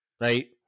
right